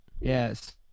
Yes